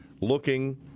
looking